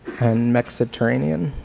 and mexiterranean.